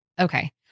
Okay